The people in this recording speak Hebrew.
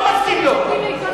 אבל ממה אתם מפחדים?